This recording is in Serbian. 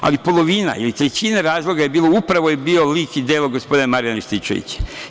Ali, polovina ili trećina razloga upravo je bio lik i delo gospodina Marijana Rističevića.